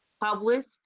published